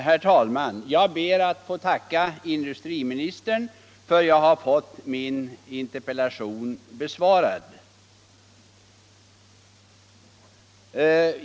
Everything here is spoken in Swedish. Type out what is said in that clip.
Herr talman! Jag ber att få tacka industriministern för att jag fått min interpellation besvarad.